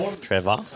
Trevor